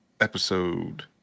episode